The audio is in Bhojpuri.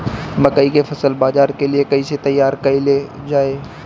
मकई के फसल बाजार के लिए कइसे तैयार कईले जाए?